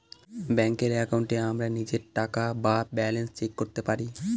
ব্যাঙ্কের একাউন্টে আমরা নিজের টাকা বা ব্যালান্স চেক করতে পারি